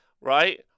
Right